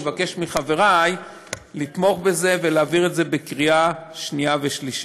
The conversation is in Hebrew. אני מבקש מחברי לתמוך בזה ולהעביר את זה בקריאה שנייה ושלישית.